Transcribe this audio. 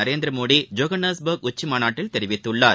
Narendra Modi Johannes work உச்சி மாநாட்டில் தெரிவித்துள்ளார்